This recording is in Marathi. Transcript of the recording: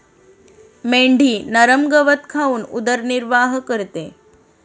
मेंढी नरम गवत खाऊन उदरनिर्वाह करते